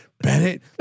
Bennett